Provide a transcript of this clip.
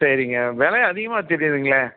சரிங்க விலை அதிகமாக தெரியுதுங்களே